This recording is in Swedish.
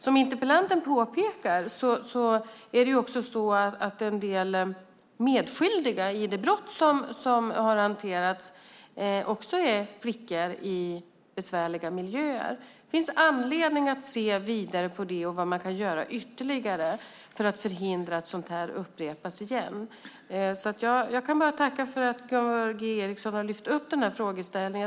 Som interpellanten påpekar är en del medskyldiga i de brott som har begåtts flickor i besvärliga miljöer. Det finns anledning att se vidare på det och se vad man ytterligare kan göra för att förhindra att sådant här upprepas. Jag kan bara tacka för att Gunvor G Ericson har lyft upp frågan.